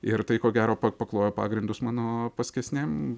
ir tai ko gero pa paklojo pagrindus mano paskesniam